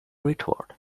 retort